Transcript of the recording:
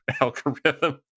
algorithm